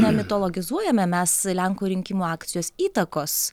nemitologizuojame mes lenkų rinkimų akcijos įtakos